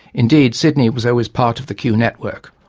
indeed, sydney was always part of the kew network,